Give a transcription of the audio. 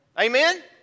Amen